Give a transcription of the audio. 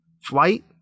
flight